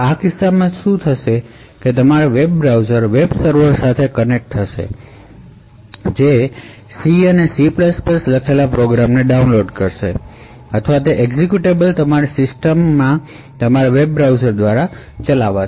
આવા કિસ્સામાં શું થશે તે છે કે તમારું વેબ બ્રાઉઝર વેબ સર્વર સાથે કનેક્ટ થશે જે C અને C માં લખેલ પ્રોગ્રામને ડાઉનલોડ કરશે અથવા તે એક્ઝેક્યુટેબલ તમારી સિસ્ટમના વેબ બ્રાઉઝર દ્વારા ચલાવશે